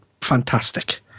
Fantastic